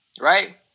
right